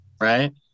right